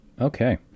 Okay